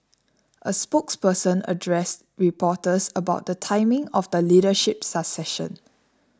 a spokesperson addressed reporters about the timing of the leadership succession